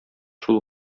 шул